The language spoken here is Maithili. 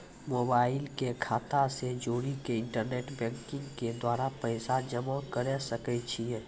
मोबाइल के खाता से जोड़ी के इंटरनेट बैंकिंग के द्वारा पैसा जमा करे सकय छियै?